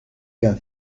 qu’un